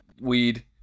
weed